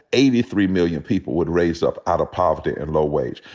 eighty three million people would raise up out of poverty and low wage.